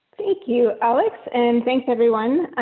thank you, alex. and thanks, everyone,